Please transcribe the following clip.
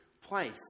place